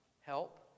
help